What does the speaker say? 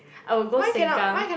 I will go Sengkang